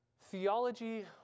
theology